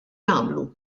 għamlu